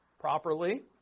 properly